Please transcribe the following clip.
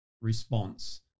response